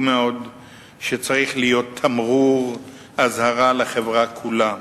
מאוד שצריך להיות תמרור אזהרה לחברה כולה.